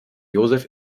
joseph